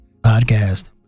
podcast